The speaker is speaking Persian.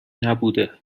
نبوده